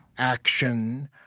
action,